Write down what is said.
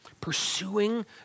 Pursuing